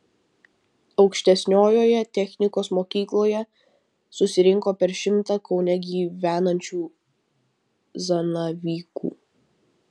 aukštesniojoje technikos mokykloje susirinko per šimtą kaune gyvenančių zanavykų